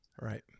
Right